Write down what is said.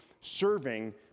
serving